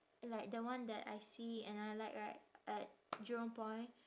like the one that I see and I like right at jurong point